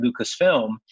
Lucasfilm